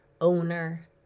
owner